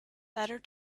better